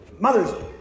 mothers